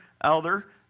elder